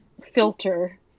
filter